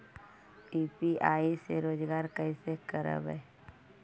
UPI से रोजगार कैसे करबय?